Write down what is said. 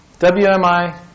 WMI